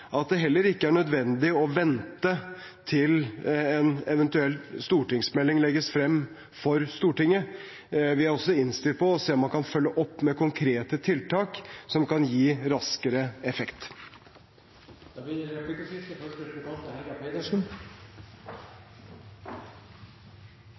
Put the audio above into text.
at det heller ikke er nødvendig å vente til en eventuell stortingsmelding legges frem for Stortinget. Vi er også innstilt på å se om man kan følge opp med konkrete tiltak som kan gi raskere effekt. Det blir replikkordskifte. Forslaget handler om å legge fram en stortingsmelding om språk, kultur og næring. Jeg er